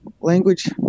language